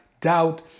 doubt